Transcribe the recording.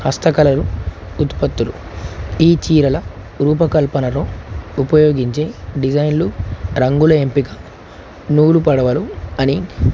హస్తకళలు ఉత్పత్తులు ఈ చీరల రూపకల్పనను ఉపయోగించే డిజైన్లు రంగుల ఎంపిక నూలు పడవలు అని